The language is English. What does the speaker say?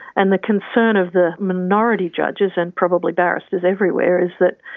and the concern of the minority judges and probably barristers everywhere is that